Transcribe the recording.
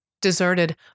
Deserted